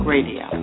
Radio